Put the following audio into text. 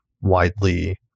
widely